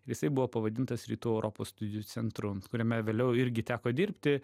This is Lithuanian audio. jisai buvo pavadintas rytų europos studijų centru kuriame vėliau irgi teko dirbti